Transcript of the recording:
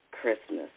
Christmas